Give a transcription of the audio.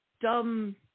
dumb